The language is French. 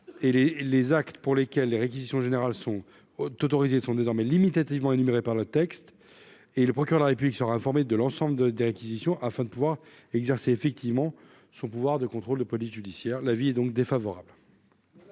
les actes pour lesquels les réquisitions général sont autorisés sont désormais limitativement énumérées par le texte et le procureur de la République sera informé de l'ensemble de des réquisitions afin de pouvoir exercer effectivement son pouvoir de contrôle de police judiciaire, l'avis est donc défavorable.